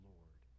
Lord